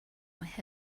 have